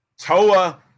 Toa